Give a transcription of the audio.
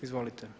Izvolite.